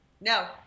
no